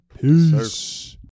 Peace